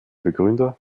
begründer